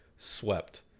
Swept